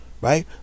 right